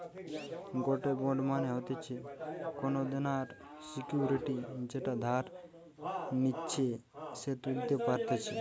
গটে বন্ড মানে হতিছে কোনো দেনার সিকুইরিটি যেটা যে ধার নিচ্ছে সে তুলতে পারতেছে